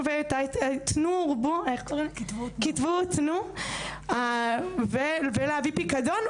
כתבו ותנו ולהביא פיקדון,